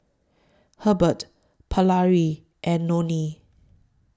Hebert Paralee and Loney